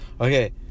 okay